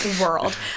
world